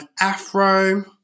afro